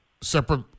separate